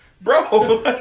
Bro